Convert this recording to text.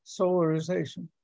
solarization